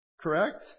Correct